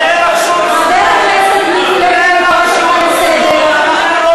סליחה, זה מה, חברת הכנסת יעל גרמן,